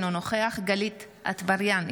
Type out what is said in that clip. אינו נוכח גלית דיסטל אטבריאן,